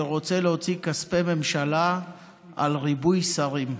ורוצה כספי ממשלה על ריבוי שרים.